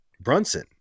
Brunson